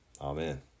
Amen